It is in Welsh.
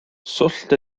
swllt